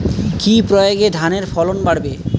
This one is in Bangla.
কি প্রয়গে ধানের ফলন বাড়বে?